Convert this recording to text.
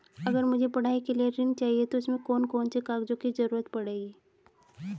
अगर मुझे पढ़ाई के लिए ऋण चाहिए तो उसमें कौन कौन से कागजों की जरूरत पड़ेगी?